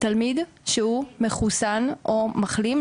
תלמיד שהוא מחוסן או מחלים,